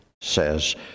says